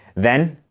then,